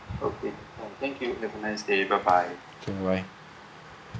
bye bye